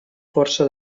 força